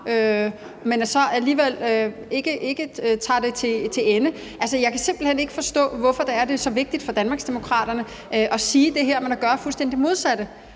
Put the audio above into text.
men så alligevel ikke tager det til ende? Altså, jeg kan simpelt hen ikke forstå, hvorfor det er så vigtigt for Danmarksdemokraterne at sige det her, men at gøre fuldstændig det modsatte.